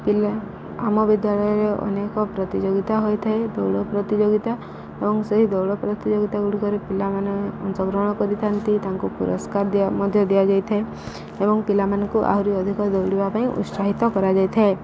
ପିଲା ଆମ ବିଦ୍ୟାଳୟରେ ଅନେକ ପ୍ରତିଯୋଗିତା ହୋଇଥାଏ ଦୌଡ଼ ପ୍ରତିଯୋଗିତା ଏବଂ ସେହି ଦୌଡ଼ ପ୍ରତିଯୋଗିତା ଗୁଡ଼ିକରେ ପିଲାମାନେ ଅଂଶଗ୍ରହଣ କରିଥାନ୍ତି ତାଙ୍କୁ ପୁରସ୍କାର ଦିଆ ମଧ୍ୟ ଦିଆଯାଇଥାଏ ଏବଂ ପିଲାମାନଙ୍କୁ ଆହୁରି ଅଧିକ ଦୌଡ଼ିବା ପାଇଁ ଉତ୍ସାହିତ କରାଯାଇଥାଏ